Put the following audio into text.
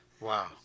Wow